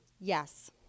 Yes